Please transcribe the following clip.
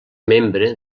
membre